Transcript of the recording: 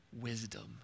wisdom